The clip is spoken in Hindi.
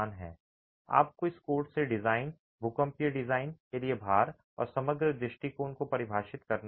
आपको इस कोड से डिजाइन भूकंपीय डिजाइन के लिए भार और समग्र दृष्टिकोण को परिभाषित करना होगा